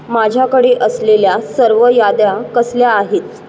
माझ्याकडे असलेल्या सर्व याद्या कसल्या आहेत